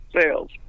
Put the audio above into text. sales